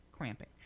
cramping